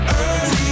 early